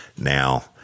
Now